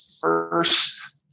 first